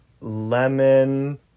lemon